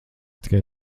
tikai